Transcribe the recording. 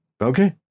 Okay